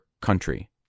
country